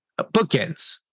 bookends